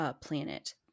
planet